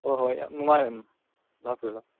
ꯍꯣꯍꯣꯏ ꯌꯥꯝ ꯅꯨꯡꯉꯥꯏꯔꯦ ꯎꯝ ꯂꯥꯛꯄꯤꯔꯣ ꯂꯥꯛꯄꯤꯔꯣ